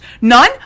none